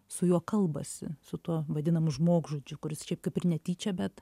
su juo kalbasi su tuo vadinamu žmogžudžiu kuris šiaip kaip ir netyčia bet